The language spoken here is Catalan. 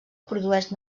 produeix